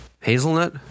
hazelnut